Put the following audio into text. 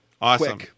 Awesome